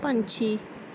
ਪੰਛੀ